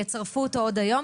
יצרפו אותו עוד היום.